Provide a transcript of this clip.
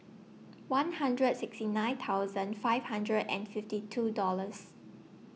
one hundred sixty nine thousand five hundred and fifty two Dollars